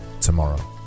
tomorrow